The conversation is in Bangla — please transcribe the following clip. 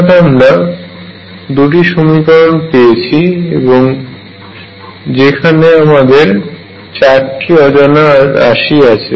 অর্থাৎ আমরা দুটি সমীকরণ পেয়েছি এবং যেখানে আমাদের চারটি অজানা রাশি আছে